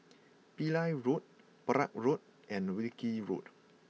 Pillai Road Perak Road and Wilkie Road